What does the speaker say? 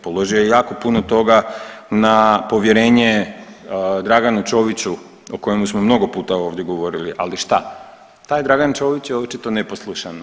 Položio je jako puno toga na povjerenje Draganu Čoviću o kojemu smo mnogo puta ovdje govorili, ali šta, taj Dragan Čović je očito neposlušan.